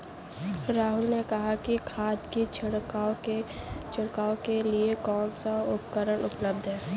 राहुल ने कहा कि खाद की छिड़काव के लिए कौन सा उपकरण उपलब्ध है?